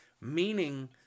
meaning